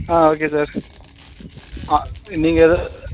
ஆ okay sir ஆ நீங்கள் தான்